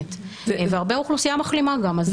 מחוסנת והרבה אוכלוסייה מחלימה גם.